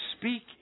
speak